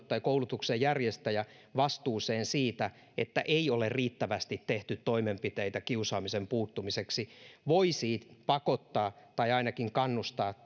tai koulutuksenjärjestäjä voisi joutua vastuuseen siitä että ei ole riittävästi tehty toimenpiteitä kiusaamiseen puuttumiseksi se voisi pakottaa tai ainakin kannustaa